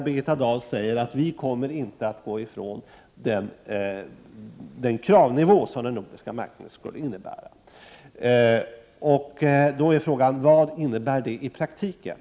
Birgitta Dahl säger att Sverige inte kommer att frångå den kravnivå som den nordiska märkningen skulle innebära. Vad innebär det i praktiken?